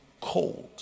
cold